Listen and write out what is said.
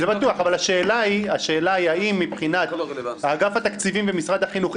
אבל השאלה היא האם מבחינת אגף התקציבים ומשרד החינוך,